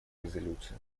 резолюции